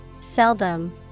Seldom